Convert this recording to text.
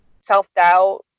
self-doubt